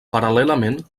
paral·lelament